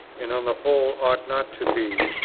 and on the whole ought not to be,